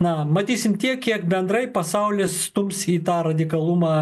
na matysim tiek kiek bendrai pasaulis stums į tą radikalumą